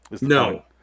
No